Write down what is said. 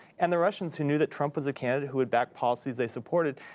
and the russians, who knew that trump was a candidate who would back policies they supported?